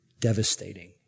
devastating